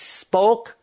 spoke